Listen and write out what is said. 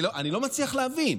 אני לא מצליח להבין.